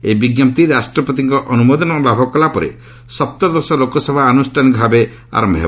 ଏହି ବିଜ୍ଞପ୍ତି ରାଷ୍ଟ୍ରପତିଙ୍କ ଅନୁମୋଦନ ଲାଭ କଲାପରେ ସପ୍ତଦଶ ଲୋକସଭା ଆନୁଷ୍ଠାନିକ ଭାବେ ଆରମ୍ଭ ହେବ